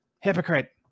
hypocrite